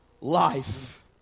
life